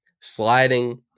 Sliding